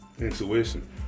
intuition